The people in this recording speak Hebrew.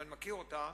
ואני מכיר אותה,